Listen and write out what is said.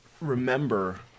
remember